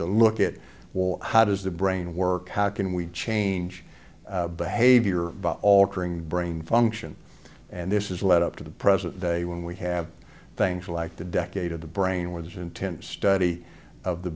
to look at war how does the brain work how can we change behavior altering brain function and this is led up to the present day when we have things like the decade of the brain where there's intense study of the